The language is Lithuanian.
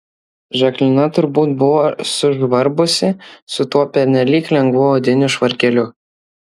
žaklina turbūt buvo sužvarbusi su tuo pernelyg lengvu odiniu švarkeliu